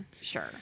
sure